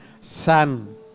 son